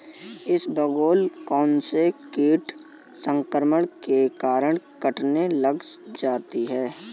इसबगोल कौनसे कीट संक्रमण के कारण कटने लग जाती है?